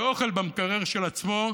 ואוכל במקרר של עצמו,